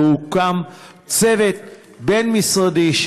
והוקם צוות בין-משרדי,